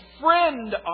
friend